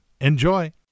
Enjoy